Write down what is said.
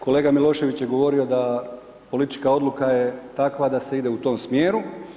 Kolega Milošević je govorio da politička odluka je takva da se ide u tom smjeru.